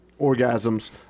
orgasms